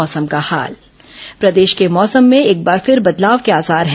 मौसम प्रदेश के मौसम में एक बार फिर बदलाव के आसार हैं